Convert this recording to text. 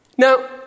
Now